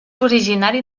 originari